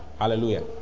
hallelujah